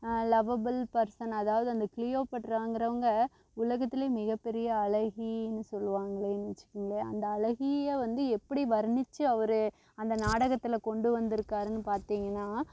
lovable person அதாவது அந்த கிளியோபாட்ராங்கிறவங்க உலகத்திலயே மிகப்பெரிய அழகினு சொல்லுவாங்களேனு வெச்சுக்கங்களேன் அந்த அழகியை வந்து எப்படி வர்ணித்து அவரு அந்த நாடகத்தில் கொண்டு வந்திருக்காருனு பார்த்தீங்கன்னா